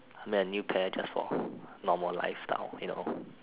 I need a new pair just for normal lifestyle you know